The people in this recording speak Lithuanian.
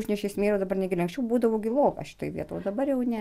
užnešė smėlio dabar negi anksčiau būdavo giloka šitoj vietoj o dabar jau ne